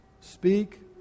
speak